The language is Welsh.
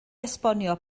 esbonio